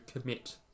commit